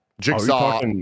Jigsaw